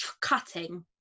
cutting